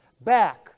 back